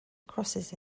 crosses